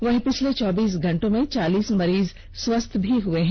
वहीं पिछले चौबीस घंटे में चालीस मरीज स्वस्थ भी हुए हैं